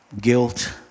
Guilt